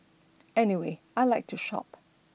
anyway I like to shop